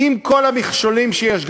עם כל המכשולים שיש,